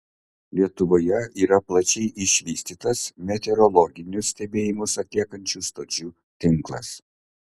lietuvoje yra plačiai išvystytas meteorologinius stebėjimus atliekančių stočių tinklas